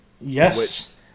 Yes